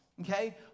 Okay